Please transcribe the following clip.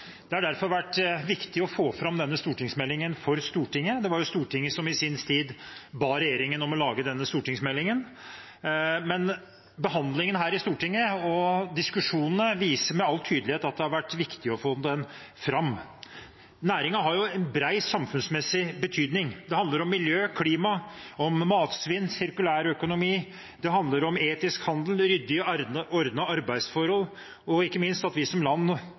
Det har derfor vært viktig å få fram denne stortingsmeldingen for Stortinget. Det var jo Stortinget som i sin tid ba regjeringen om å lage denne stortingsmeldingen. Behandlingen her i Stortinget og diskusjonene viser med all tydelighet at det har vært viktig å få den fram. Næringen har bred samfunnsmessig betydning. Det handler om miljø, klima, matsvinn og sirkulærøkonomi. Det handler om etisk handel, ryddige og ordnede arbeidsforhold og ikke minst at vi som land